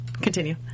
Continue